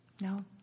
No